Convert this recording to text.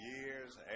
years